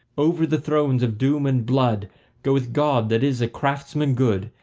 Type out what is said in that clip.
over the thrones of doom and blood goeth god that is a craftsman good,